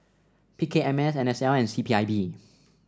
P K M S N S L and C P I B